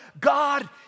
God